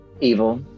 Evil